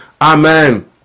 amen